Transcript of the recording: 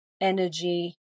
energy